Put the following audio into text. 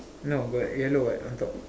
no got yellow what on top